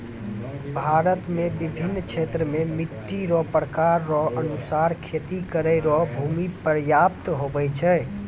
भारत मे बिभिन्न क्षेत्र मे मट्टी रो प्रकार रो अनुसार खेती करै रो भूमी प्रयाप्त हुवै छै